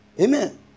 Amen